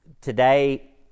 today